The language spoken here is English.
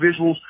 visuals